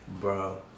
Bro